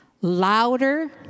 louder